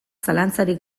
zalantzarik